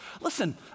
Listen